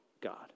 God